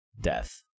death